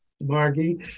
margie